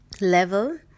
level